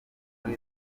muri